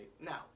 Now